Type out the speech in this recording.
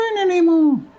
anymore